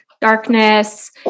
darkness